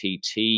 TT